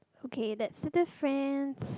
okay that's the difference